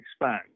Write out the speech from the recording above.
expand